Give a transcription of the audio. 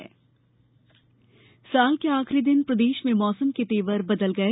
मौसम साल के आखिरी दिन प्रदेश में मौसम के तेवर बदल गए